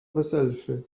weselszy